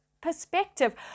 perspective